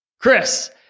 Chris